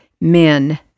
men